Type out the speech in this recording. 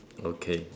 okay